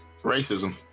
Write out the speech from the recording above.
Racism